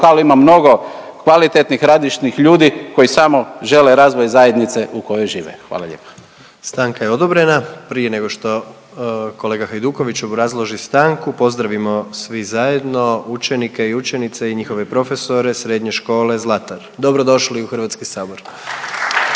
lokalu ima mnogo kvalitetnih radišnih ljudi koji samo žele razvoj zajednice u kojoj žive, hvala lijepa. **Jandroković, Gordan (HDZ)** Stanka je odobrena. Prije nego što kolega Hajduković obrazloži stanku, pozdravimo svi zajedno učenike i učenice i njihove profesore Srednje škole Zlatar. Dobrodošli u HS! …/Pljesak./… Sada